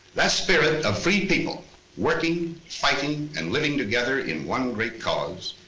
that spirit of free people working, fighting, and living together in one great cause,